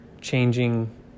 changing